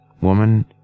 woman